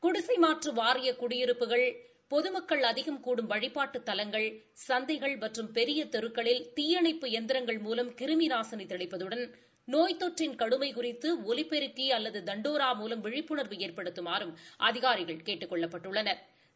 குடிசைமாற்று வாரிய குடியிருப்புகள் பொதுமக்கள் அதிகம் கூடும் வழிபாட்டுத்தலங்கள் சந்தைகள் மற்றும் பெரிய தெருக்களில் தீயணைப்பு எந்திரங்கள் மூலம் கிரிமி நாசினி தெளிப்பதுடன் நோய்த்தொற்றின் கடுமை குறித்து ஒலிபெருக்கி அல்லது தண்டோரா மூலம் விழிப்புணர்வு ஏற்படுத்துமாறும் அதிகாரிகள் கேட்டுக் கொள்ளப்பட்டுள்ளனா்